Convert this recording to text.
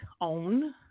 OWN